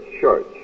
church